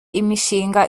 imishinga